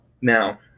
Now